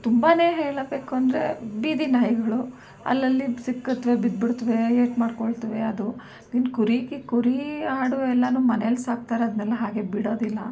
ತುಂಬಾ ಹೇಳಬೇಕು ಅಂದರೆ ಬೀದಿ ನಾಯಿಗಳು ಅಲ್ಲಲ್ಲಿ ಸಿಕ್ಕುತ್ವೆ ಬಿದ್ಬಿಡುತ್ವೆ ಏಟು ಮಾಡಿಕೊಳ್ತವೆ ಅದು ಇನ್ನು ಕುರಿಗೆ ಕುರಿ ಆಡು ಎಲ್ಲಾ ಮನೆಯಲ್ಲಿ ಸಾಕ್ತಾರೆ ಅದನ್ನೆಲ್ಲಾ ಹಾಗೆ ಬಿಡೋದಿಲ್ಲ